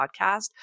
podcast